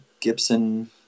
Gibson